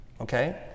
okay